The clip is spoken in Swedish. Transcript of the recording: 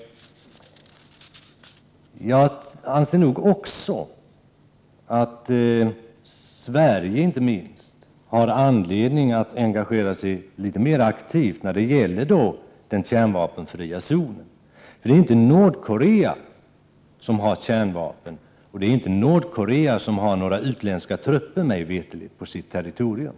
Jag anser att inte minst Sverige har anledning att engagera sig mera när det gäller den kärnvapenfria zonen. Det är mig veterligen inte Nordkorea som har kärnvapen eller några utländska trupper på sitt territorium.